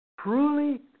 truly